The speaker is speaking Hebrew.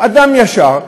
אדם ישר,